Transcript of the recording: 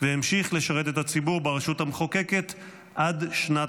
והמשיך לשרת את הציבור ברשות המחוקקת עד שנת